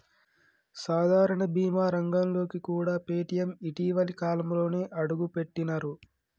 సాధారణ బీమా రంగంలోకి కూడా పేటీఎం ఇటీవలి కాలంలోనే అడుగుపెట్టినరు